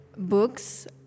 books